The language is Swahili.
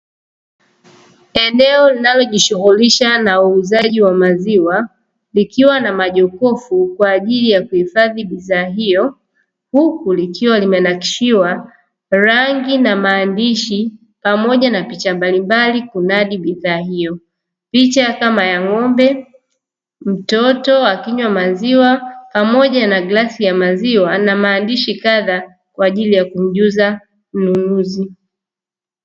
Eneo linalojishughulisha na uuzaji wa maziwa, likiwa na majokofu kwa ajili ya kuhifadhi bidhaa hiyo. Huku likiwa limenakishiwa rangi na maandishi pamoja na picha mbalimbali kunadi bidhaa hiyo, picha kama ya ng'ombe, mtoto akinywa maziwa pamoja na glasi ya maziwa na maandishi kadhaa kwa ajili ya kumjuza mnunuzi.